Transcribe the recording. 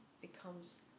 becomes